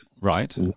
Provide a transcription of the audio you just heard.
Right